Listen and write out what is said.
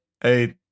hey